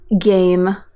game